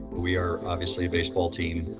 we are obviously a baseball team.